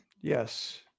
Yes